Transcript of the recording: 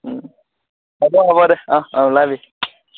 হ'ব হ'ব দে অঁ অঁ ওলাবি